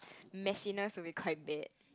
messiness will be quite bad